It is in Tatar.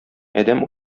адәм